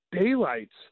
daylights